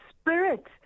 spirit